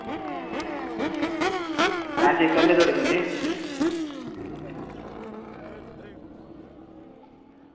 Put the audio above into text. पैसे करने आं थुआढ़े कन्नै